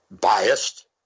biased